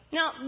Now